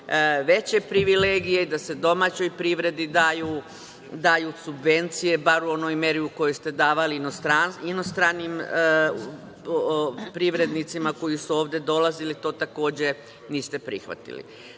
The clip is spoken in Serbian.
veće privilegije, da se domaćoj privredi daju subvencije, bar u onoj meri u kojoj ste davali inostranim privrednicima koji su ovde dolazili, to takođe niste prihvatili. Tražili